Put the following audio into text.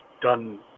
done